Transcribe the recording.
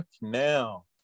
now